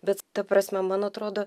bet ta prasme man atrodo